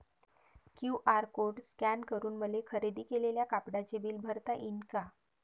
QR code scan करून मले खरेदी केलेल्या कापडाचे बिल भरता यीन का?